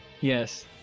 yes